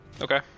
Okay